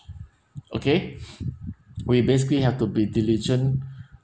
okay we basically have to be diligent